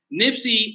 Nipsey